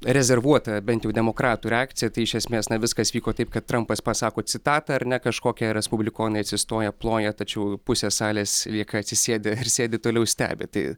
rezervuota bent jau demokratų reakcija tai iš esmės na viskas vyko taip kad trampas pasako citatą ar ne kažkokią respublikonai atsistoję ploja tačiau pusė salės lieka atsisėdę ir sėdi toliau stebi tai